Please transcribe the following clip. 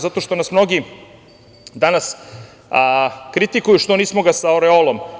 Zato što nas mnogi danas kritikuju što ga nismo sa oreolom.